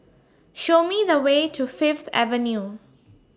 Show Me The Way to Fifth Avenue